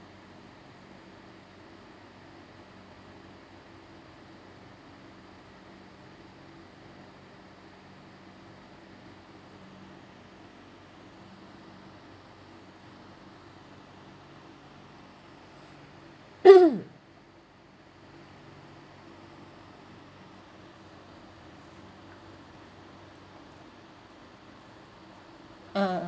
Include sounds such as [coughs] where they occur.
[coughs] uh